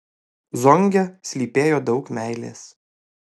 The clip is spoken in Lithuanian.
zonge slypėjo daug meilės